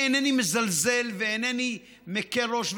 אינני מזלזל ואינני מקל ראש,